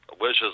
wishes